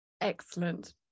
Excellent